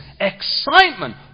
excitement